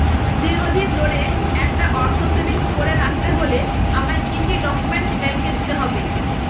দীর্ঘদিন ধরে একটা অর্থ সেভিংস করে রাখতে হলে আমায় কি কি ডক্যুমেন্ট ব্যাংকে দিতে হবে?